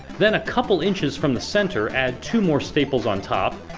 then, a couple inches from the center, add two more staples on top,